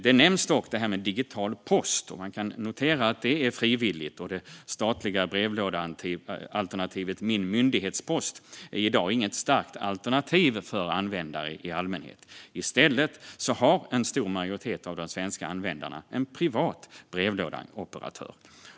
Att använda sig av digital post, som nämns, är frivilligt, och det statliga brevlådealternativet Min myndighetspost är i dag inget starkt alternativ för användare i allmänhet. I stället har en stor majoritet av de svenska användarna en privat brevlådeoperatör.